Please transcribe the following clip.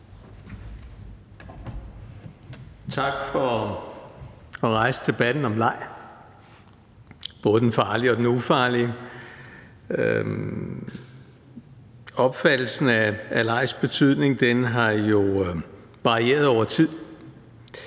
Tak for at rejse debatten om leg, både den farlige og den ufarlige. Opfattelsen af legs betydning har jo varieret over tid.